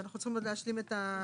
ואנחנו צריכים עוד להשלים את התוספות.